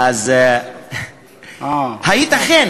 תיתכן